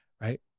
right